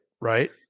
right